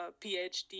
PhD